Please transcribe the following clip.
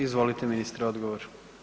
Izvolite ministre, odgovor.